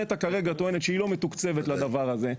נת"ע כרגע טוענת שהיא לא מתוקצבת לדבר הזה.